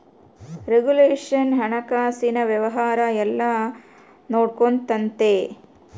regulation ಹಣಕಾಸಿನ ವ್ಯವಹಾರ ಎಲ್ಲ ನೊಡ್ಕೆಂತತೆ